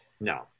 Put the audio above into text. No